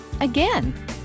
again